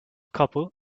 couple